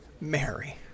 Mary